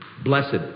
Blessed